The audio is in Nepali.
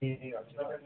ए हजुर